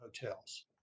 hotels